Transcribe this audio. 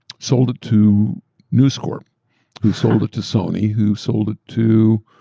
sold it to news corp who sold it to sony, who sold it to